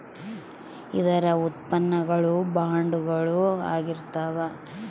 ಇದರ ಉತ್ಪನ್ನ ಗಳು ಬಾಂಡುಗಳು ಆಗಿರ್ತಾವ